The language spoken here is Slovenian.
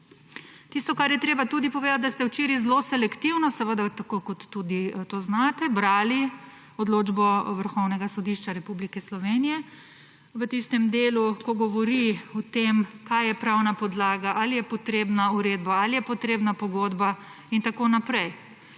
Tisto, kar je treba tudi povedati, da ste včeraj zelo selektivno, seveda tako kot tudi to znate, brali odločbo Vrhovnega sodišča Republike Slovenije v tistem delu, ko govori o tem, kaj je pravna podlaga, ali je potrebna uredba, ali je potrebna pogodba in tako naprej,